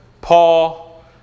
Paul